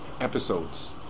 episodes